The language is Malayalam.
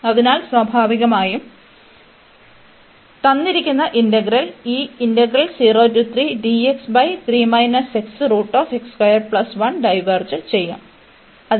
അതിനാൽ സ്വാഭാവികമായും തന്നിരിക്കുന്ന ഇന്റഗ്രൽ ഈ ഡൈവേർജ് ചെയ്യുo